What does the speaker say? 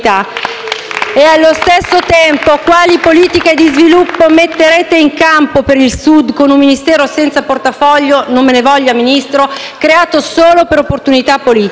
Allo stesso tempo, quali politiche di sviluppo metterete in campo per il Sud, con un Ministero senza portafoglio - non me ne voglia, Ministro - creato solo per opportunità politica?